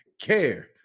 care